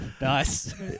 Nice